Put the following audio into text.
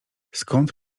skąd